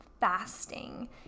fasting